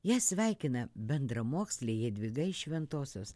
ją sveikina bendramokslė jadvyga iš šventosios